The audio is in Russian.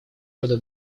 рода